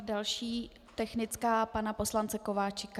Další technická pana poslance Kováčika.